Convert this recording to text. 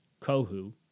Kohu